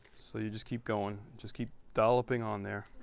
so you just keep going just keep dolloping on there.